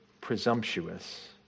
presumptuous